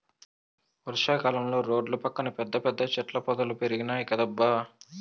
వర్షా కాలంలో రోడ్ల పక్కన పెద్ద పెద్ద చెట్ల పొదలు పెరిగినాయ్ కదబ్బా